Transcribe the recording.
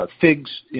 figs